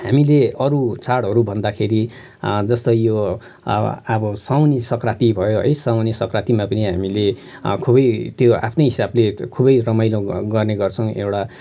हामीले अरू चाडहरू भन्दाखेरि जस्तै यो अव साउने सङ्क्रान्ति भयो है साउने सङ्क्रान्तिमा पनि हामीले खुबै त्यो आफ्नै हिसाबले खुबै रमाइलो गर्ने गर्छ एउटा